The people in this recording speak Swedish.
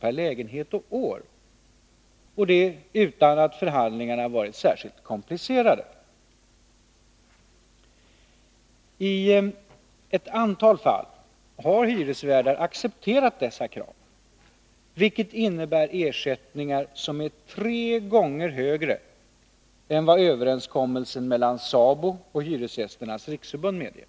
per lägenhet och år — utan att förhandlingarna varit särskilt komplicerade. I ett antal fall har hyresvärdar accepterat dessa krav, vilket innebär ersättningar som är tre gånger högre än vad överenskommelsen mellan SABO och Hyresgästernas riksförbund medger.